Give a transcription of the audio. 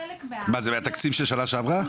מה זה מהתקציב של שנה שעברה?